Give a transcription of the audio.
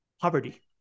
poverty